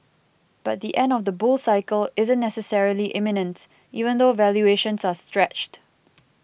but the end of the bull cycle isn't necessarily imminent even though valuations are stretched